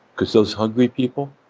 cause those hungry people,